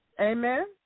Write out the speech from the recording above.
Amen